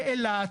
באילת,